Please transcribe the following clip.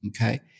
Okay